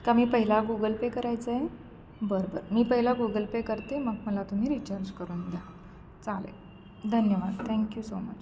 का मी पहिला गुगल पे करायचंय बरं बरं मी पहिला गुगल पे करते मग मला तुम्ही रिचार्ज करून द्या चालेल धन्यवाद थँक्यू सो मच